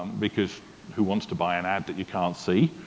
because who wants to buy an ad that you can't see?